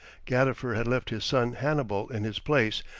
gadifer had left his son hannibal in his place,